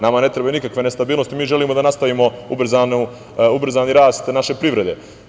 Nama ne trebaju nikakve nestabilnosti, mi želimo da nastavimo ubrzan rast naše privrede.